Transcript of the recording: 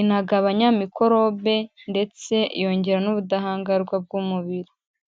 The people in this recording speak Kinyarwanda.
inagabanya mikorobe ndetse yongera n'ubudahangarwa bw'umubiri.